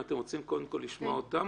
האם אתם רוצים קודם כול לשמוע אותם?